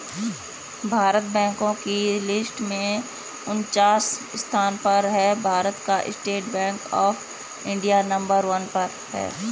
भारत बैंको की लिस्ट में उनन्चास स्थान पर है भारत का State Bank of India number one पर है